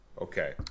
Okay